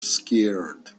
scared